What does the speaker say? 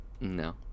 No